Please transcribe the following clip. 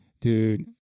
dude